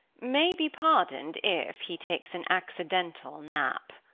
may be pardoned if he takes an accidental nap.